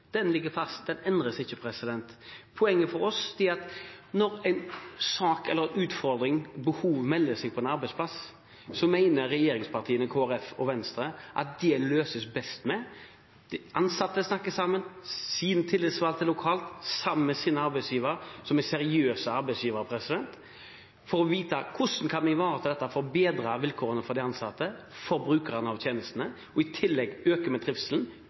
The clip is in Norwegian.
Det ligger fast, det endrer seg ikke. Poenget for oss er at når en utfordring eller et behov melder seg på en arbeidsplass, så mener regjeringspartiene, Kristelig Folkeparti og Venstre at det løses best ved at de ansatte snakker sammen, og at den tillitsvalgte lokalt snakker med sin arbeidsgiver, som er en seriøs arbeidsgiver, for å få vite hvordan man kan ivareta dette for å bedre vilkårene for de ansatte og for brukerne av tjenestene. I tillegg øker vi trivselen,